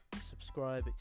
subscribe